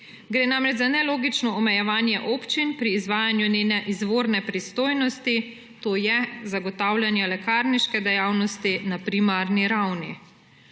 Gre namreč za nelogično omejevanje občin pri izvajanju njene izvorne pristojnosti, to je zagotavljanje lekarniške dejavnosti na primarni ravni.